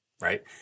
right